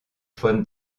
von